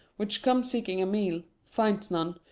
which comes seeking a meal, finds none,